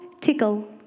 tickle